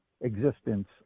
existence